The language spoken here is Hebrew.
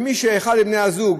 ואם אחד מבני הזוג